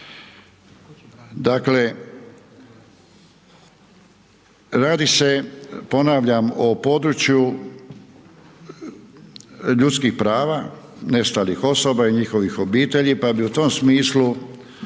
Dakle, radi se ponavljam o području, ljudskih prava, nestalih osoba i njihovih obitelji, pa bi u tom smislu,